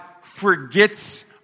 forgets